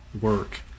work